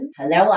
Hello